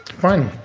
fine,